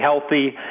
healthy